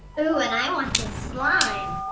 ooh, and i want this slime.